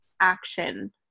action